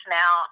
now